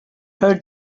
her